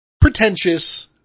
pretentious